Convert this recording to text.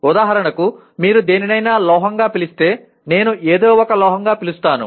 ఉదాహరణకు మీరు దేనినైనా లోహంగా పిలిస్తే నేను ఏదో ఒక లోహంగా పిలుస్తాను